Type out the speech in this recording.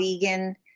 vegan